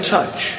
Touch